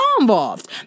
involved